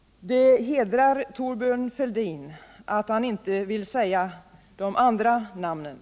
Det hedrar Thorbjörn Fälldin att han inte vill säga de andra namnen.